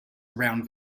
around